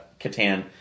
Catan